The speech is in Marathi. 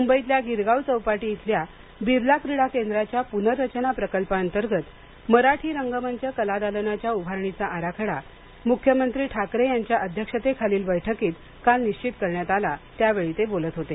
मुंबईतल्या गिरगांव चौपाटी इथल्या बिर्ला क्रीडा केंद्राच्या पुनरचना प्रकल्पातर्गत मराठी रंगमच कलादालनाच्या उभारणीचा आराखडा मुख्यमंत्री ठाकरे यांच्या अध्यक्षतेखालील बैठकीत काल निश्वित करण्यात आला त्यावेळी ते बोलत होते